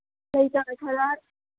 ꯂꯩ ꯆꯥꯔ ꯈꯔ